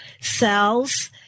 cells